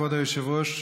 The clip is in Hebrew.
כבוד היושב-ראש,